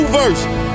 version